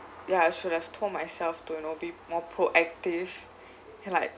ya I should have told myself to you know be more proactive and like